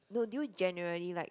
do you generally like